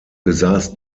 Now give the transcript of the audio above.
besaß